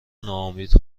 ناامید